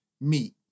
meat